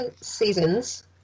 seasons